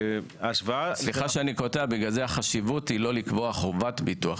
ההשוואה --- בגלל זה החשיבות היא לא לקבוע חובת ביטוח.